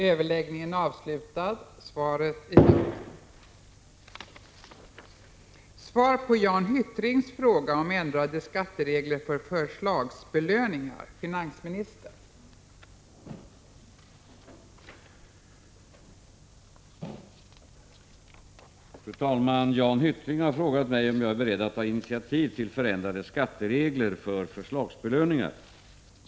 Fru talman! Jan Hyttring har frågat mig om jag är beredd att ta initiativ till förändrade skatteregler för förslagsbelöningar.